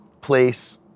place